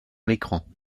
l’écran